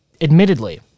Admittedly